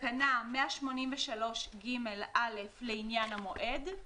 תקנה 183ג(א) לעניין המועד,